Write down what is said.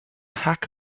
hack